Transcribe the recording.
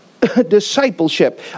discipleship